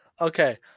Okay